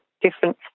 different